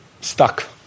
stuck